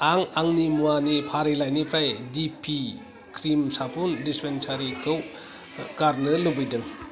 आं आंनि मुवानि फारिलाइनिफ्राय दिपि क्रिम साबुन डिसपेन्सारखौ गारनो लुबैदों